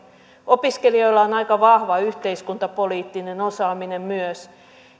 opiskelijoilla on aika vahva yhteiskuntapoliittinen osaaminen myös